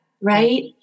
right